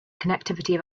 connectivity